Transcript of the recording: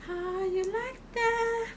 how you like that